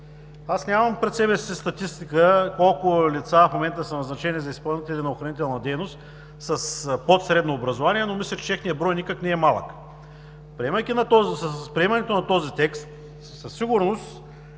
Аз нямам пред себе си статистика колко лица в момента са назначени за изпълнители на охранителна дейност под средно образование, но мисля, че техният брой никак не е малък. С приемането на този текст със сигурност